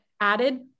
added